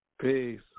Peace